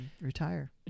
retire